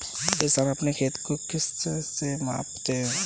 किसान अपने खेत को किससे मापते हैं?